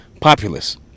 populace